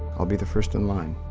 i'll be the first in line.